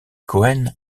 cohen